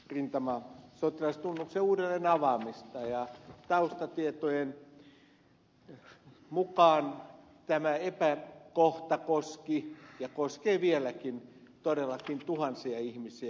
rintama autoistunut ja uudelleen avaamista ja taustatietojen mukaan tämä epäkohta koski ja koskee vieläkin todellakin tuhansia ihmisiä